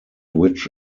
which